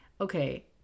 okay